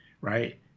right